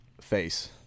face